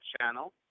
channel